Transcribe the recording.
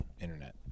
internet